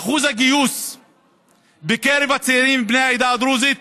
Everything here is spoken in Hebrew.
אחוז הגיוס בקרב הצעירים בני העדה הדרוזית